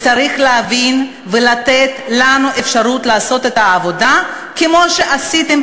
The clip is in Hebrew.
צריך להבין ולתת לנו אפשרות לעשות את העבודה כמו שעשיתם,